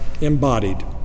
embodied